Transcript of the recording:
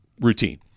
routine